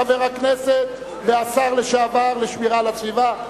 חבר הכנסת והשר לשעבר לשמירה על הסביבה,